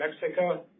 Mexico